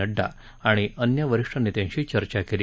नड्डा आणि अन्य वरिष्ठ नेत्यांशी चर्चा केली